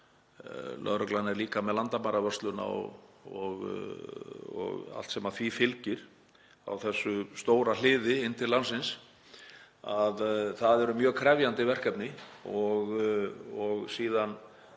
lögreglan er líka með landamæravörsluna og allt sem því fylgir á þessu stóra hliði inn til landsins. Það eru mjög krefjandi verkefni. Síðan